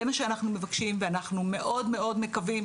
זה מה שאנחנו מבקשים, ואנחנו מאוד, מאוד מקווים,